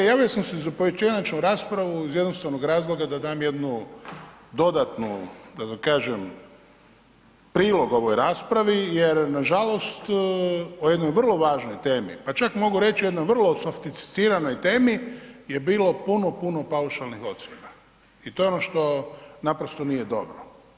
Javio sam se za pojedinačnu raspravu iz jednostavnog razloga da dam jednu dodatnu da kažem, prilog ovoj raspravi jer nažalost o jednoj vrlo važnoj temi, pa čak mogu reći o jednoj sofisticiranoj temi je bilo puno, puno paušalnih ocjena i to je ono što naprosto nije dobro.